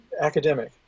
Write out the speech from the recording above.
academic